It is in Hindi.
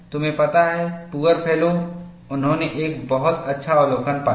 तुम्हें पता है पुअर फेलो उन्होंने एक बहुत अच्छा अवलोकन पाया